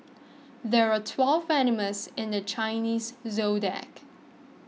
there are twelve animals in the Chinese zodiac